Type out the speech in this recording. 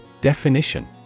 Definition